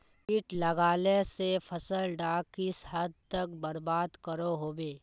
किट लगाले से फसल डाक किस हद तक बर्बाद करो होबे?